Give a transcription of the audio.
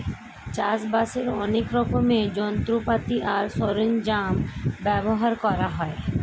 চাষবাসের অনেক রকমের যন্ত্রপাতি আর সরঞ্জাম ব্যবহার করা হয়